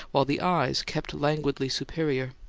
while the eyes kept languidly superior.